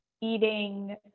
eating